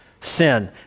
Sin